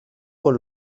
con